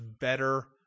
better